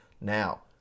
Now